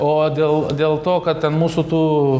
o dėl dėl to kad ten mūsų tų